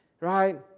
right